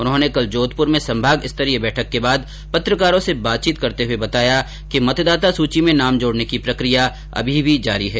उन्होंने कल जोधपुर में संभाग स्तरीय बैठक के बाद पत्रकारों से बातचीत करते हुए बताया कि मतदाता सूची में नाम जोड़ने की प्रकिया अभी भी जारी है